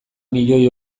milioi